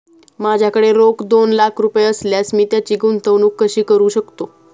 माझ्याकडे रोख दोन लाख असल्यास मी त्याची गुंतवणूक कशी करू शकतो?